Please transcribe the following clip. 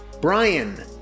Brian